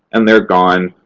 and they're gone,